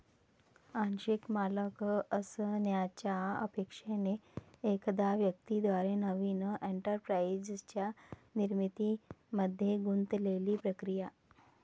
आंशिक मालक असण्याच्या अपेक्षेने एखाद्या व्यक्ती द्वारे नवीन एंटरप्राइझच्या निर्मितीमध्ये गुंतलेली प्रक्रिया